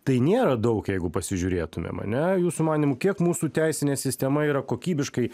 tai nėra daug jeigu pasižiūrėtumėm ane jūsų manymu kiek mūsų teisinė sistema yra kokybiškai